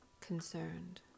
concerned